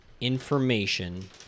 information